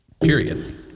Period